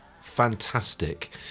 fantastic